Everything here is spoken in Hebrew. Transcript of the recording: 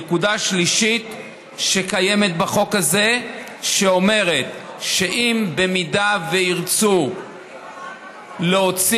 נקודה שלישית שקיימת בחוק הזה אומרת שאם ירצו להוציא